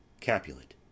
Capulet